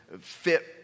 fit